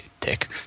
Dick